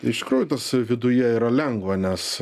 iš tikrųjų tas viduje yra lengva nes